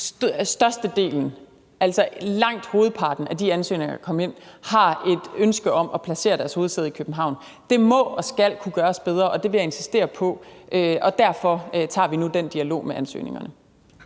størstedelen, altså langt hovedparten af de ansøgninger, der kom ind, har et ønske om at placere deres hovedsæde i København. Det må og skal kunne gøres bedre, og det vil jeg insistere på, og derfor tager vi nu den dialog med ansøgerne.